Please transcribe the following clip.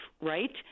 right